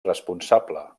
responsable